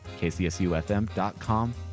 kcsufm.com